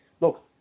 look